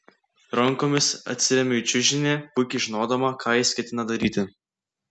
rankomis atsiremiu į čiužinį puikiai žinodama ką jis ketina daryti